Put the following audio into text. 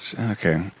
Okay